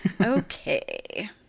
Okay